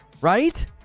Right